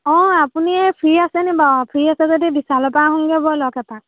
অ' আপুনি ফ্ৰি আছে নে বাৰু ফ্ৰি আছে যদি বিশালৰ পৰা আহোঁগে ব'লক এপাক